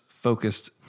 Focused